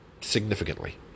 significantly